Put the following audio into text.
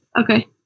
okay